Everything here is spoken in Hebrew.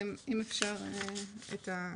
שקף הבא.